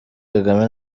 kagame